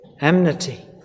enmity